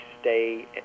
stay